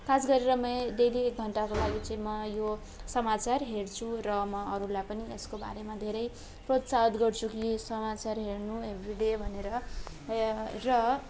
खास गरेर म डेली एक घन्टाको लागि चाहिँ म यो समाचार हेर्छु र म अरूलाई पनि यसको बारेमा धेरै प्रोत्साहित गर्छु कि समाचार हेर्नु एभ्री डे भनेर र